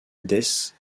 des